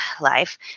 life